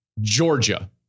Georgia